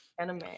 Anime